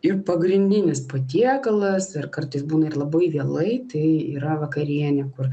ir pagrindinis patiekalas ir kartais būna ir labai vėlai tai yra vakarienė kur